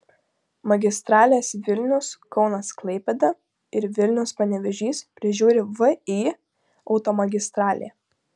magistrales vilnius kaunas klaipėda ir vilnius panevėžys prižiūri vį automagistralė